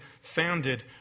founded